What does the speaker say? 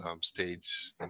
stage